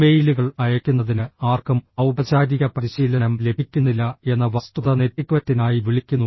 ഇമെയിലുകൾ അയയ്ക്കുന്നതിന് ആർക്കും ഔപചാരിക പരിശീലനം ലഭിക്കുന്നില്ല എന്ന വസ്തുത നെറ്റിക്വറ്റിനായി വിളിക്കുന്നു